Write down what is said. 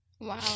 Wow